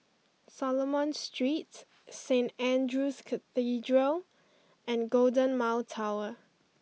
Solomon Street Saint Andrew's Cathedral and Golden Mile Tower